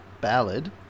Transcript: ballad